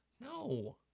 No